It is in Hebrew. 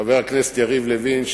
חבר הכנסת יריב לוין,